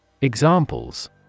Examples